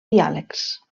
diàlegs